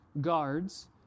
guards